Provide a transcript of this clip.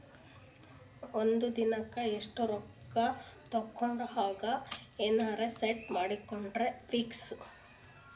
ಒಂದಿನಕ್ಕ ಇಷ್ಟೇ ರೊಕ್ಕ ತಕ್ಕೊಹಂಗ ಎನೆರೆ ಸೆಟ್ ಮಾಡಕೋಡ್ರಿ ಪ್ಲೀಜ್?